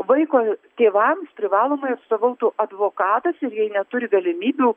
vaiko tėvams privalomai atstovautų advokatas ir jei neturi galimybių